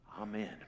Amen